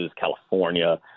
California